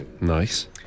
Nice